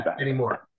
anymore